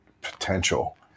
potential